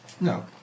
No